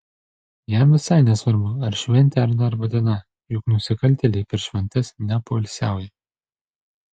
jam visai nesvarbu ar šventė ar darbo diena juk nusikaltėliai per šventes nepoilsiauja